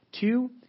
Two